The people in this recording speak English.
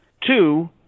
Two